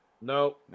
No